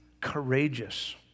courageous